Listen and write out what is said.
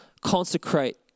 consecrate